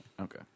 Okay